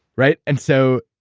right? and so,